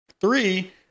Three